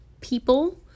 people